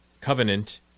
covenant